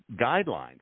guidelines